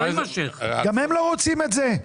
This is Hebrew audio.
גם הם לא רוצים את זה.